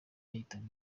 yahitaga